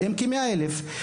כ-100 אלף.